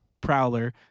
Prowler